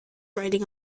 writing